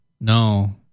No